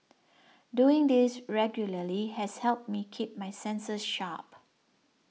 doing this regularly has helped me keep my senses sharp